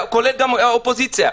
כולל מהאופוזיציה.